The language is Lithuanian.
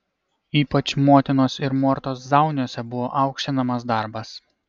ypač motinos ir mortos zauniuose buvo aukštinamas darbas